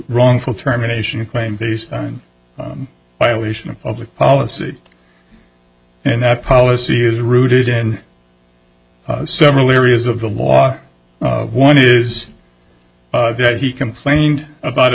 wrongful termination claim based on violation of public policy and that policy is rooted in several areas of the law one is that he complained about a